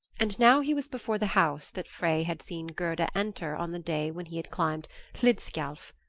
and now he was before the house that frey had seen gerda enter on the day when he had climbed hlidskjalf,